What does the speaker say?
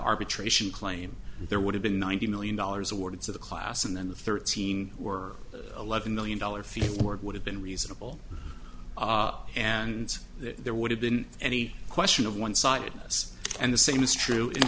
arbitration claim there would have been ninety million dollars awarded to the class and then the thirteen or eleven million dollar fee word would have been reasonable and there would have been any question of one sidedness and the same is true